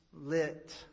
lit